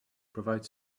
provide